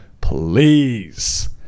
please